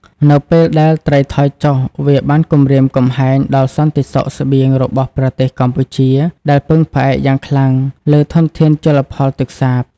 នៅពេលដែលត្រីថយចុះ វាបានគំរាមកំហែងដល់សន្តិសុខស្បៀងរបស់ប្រទេសកម្ពុជា ដែលពឹងផ្អែកយ៉ាងខ្លាំងលើធនធានជលផលទឹកសាប។